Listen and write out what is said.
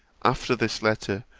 after this letter,